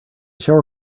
shower